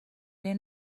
این